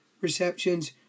receptions